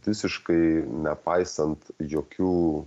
visiškai nepaisant jokių